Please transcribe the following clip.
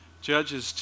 Judges